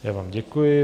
Já vám děkuji.